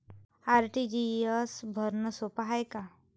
RTGS भरनं सोप हाय का?